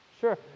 sure